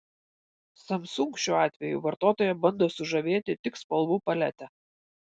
samsung šiuo atveju vartotoją bando sužavėti tik spalvų palete